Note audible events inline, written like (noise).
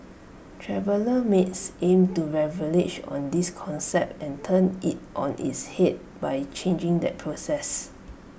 traveller mates aims to (unintelligible) on this concept and turn IT on its Head by changing that process